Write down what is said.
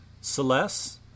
Celeste